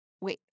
Wait